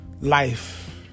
life